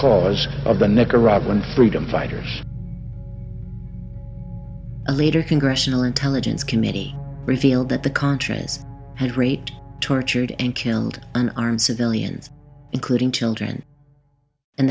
cause of the nicaraguan freedom fighters later congressional intelligence committee revealed that the contras had rate tortured and killed an unarmed civilians including children